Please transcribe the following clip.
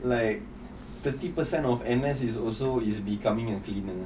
like thirty percent of N_S is also is becoming a cleaner